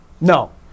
No